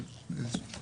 אבל זה לשיקולך.